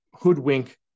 hoodwink